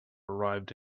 arrived